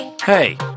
Hey